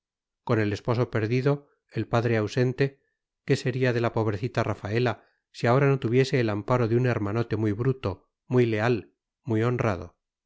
con el esposo perdido el padre ausente qué sería de la pobrecita rafaela si ahora no tuviese el amparo de un hermanote muy bruto muy leal muy honrado